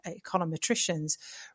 econometricians